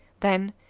then,